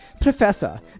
Professor